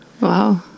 wow